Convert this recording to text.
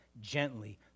gently